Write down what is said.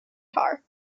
tar